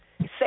say